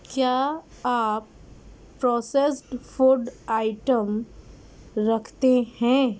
کیا آپ processed food item رکھتے ہیں